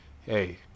Hey